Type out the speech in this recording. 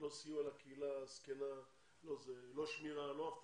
לא סיוע לקהילה הזקנה, לא שמירה, לא אבטחה.